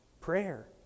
prayer